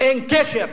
אין קשר,